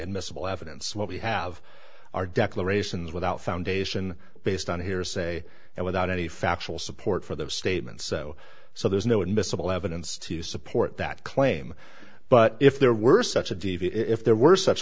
admissible evidence what we have are declarations without foundation based on hearsay and without any factual support for those statements so so there's no admissible evidence to support that claim but if there were such a d v d if there were such